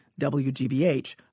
WGBH